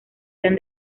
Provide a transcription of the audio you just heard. eran